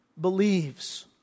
believes